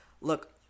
Look